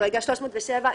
"התשל"ז 1977"